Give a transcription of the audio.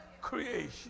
creation